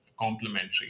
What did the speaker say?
complementary